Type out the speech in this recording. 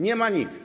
Nie ma nic.